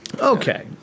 Okay